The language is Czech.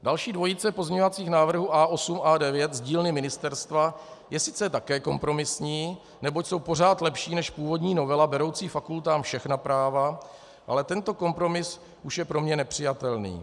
Další dvojice pozměňovacích návrhů A8 a A9 z dílny ministerstva je sice také kompromisní, neboť jsou pořád lepší než původní novela beroucí fakultám všechna práva, ale tento kompromis už je pro mě nepřijatelný.